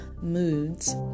moods